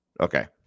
Okay